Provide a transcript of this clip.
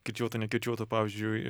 kirčiuotų nekirčiuotų pavyzdžiui